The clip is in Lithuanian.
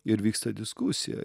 ir vyksta diskusija